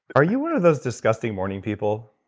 are you one of those disgusting morning people?